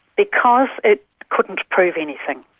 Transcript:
because it couldn't prove anything.